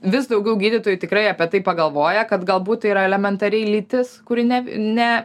vis daugiau gydytojų tikrai apie tai pagalvoja kad galbūt tai yra elementariai lytis kuri ne ne